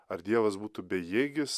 ar dievas būtų bejėgis